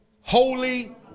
Holy